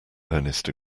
ernest